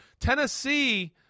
Tennessee